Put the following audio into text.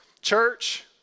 church